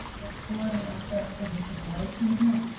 exploring aspects of the civil rights movement,